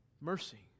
mercy